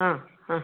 ആ ആ